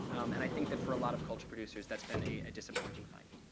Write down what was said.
and i think that for a lot of culture producers, that's been a a disappointing finding.